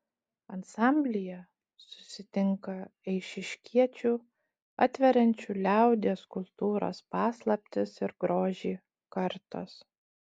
ansamblyje susitinka eišiškiečių atveriančių liaudies kultūros paslaptis ir grožį kartos